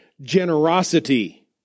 generosity